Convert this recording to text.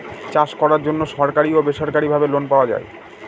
চাষ করার জন্য সরকারি ও বেসরকারি ভাবে লোন পাওয়া যায়